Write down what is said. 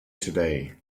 today